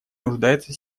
нуждается